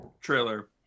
trailer